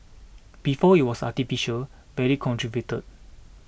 before it was artificial very contrived